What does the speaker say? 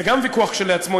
זה גם ויכוח כשלעצמו,